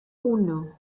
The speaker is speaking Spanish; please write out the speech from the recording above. uno